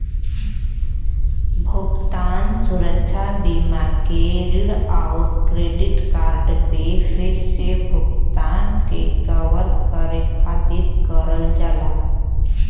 भुगतान सुरक्षा बीमा के ऋण आउर क्रेडिट कार्ड पे फिर से भुगतान के कवर करे खातिर करल जाला